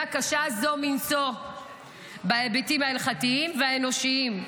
קשה מנשוא זו בהיבטים ההלכתיים והאנושיים.